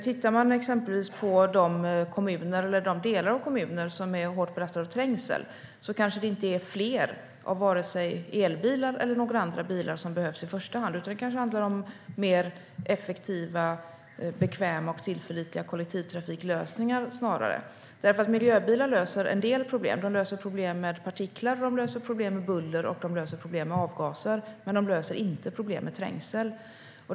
Tittar man exempelvis på de kommuner eller de delar av kommuner som är hårt belastade av trängsel kanske det inte är fler av vare sig elbilar eller några andra bilar som behövs i första hand, utan det kanske snarare handlar om mer effektiva, bekväma och tillförlitliga kollektivtrafiklösningar. Miljöbilar löser en del problem. De löser problem med partiklar, buller och avgaser. Men de löser inte problem med trängsel.